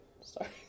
Sorry